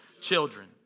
children